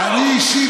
אנושה,